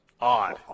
Odd